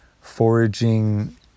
foraging